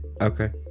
Okay